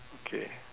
okay